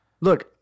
look